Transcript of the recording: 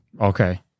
Okay